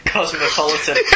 Cosmopolitan